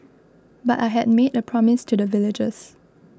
but I had made a promise to the villagers